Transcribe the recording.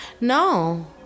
No